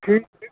ठीक है